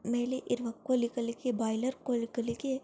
ಮೇಲೆ ಇರುವ ಕೋಳಿಗಳಿಗೆ ಬಾಯ್ಲರ್ ಕೋಳಿಗಳಿಗೆ